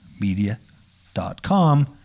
Media.com